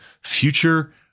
future